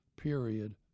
period